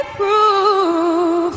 proof